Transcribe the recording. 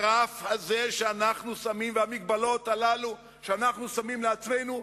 הרף הזה שאנחנו שמים והמגבלות הללו שאנחנו שמים לעצמנו,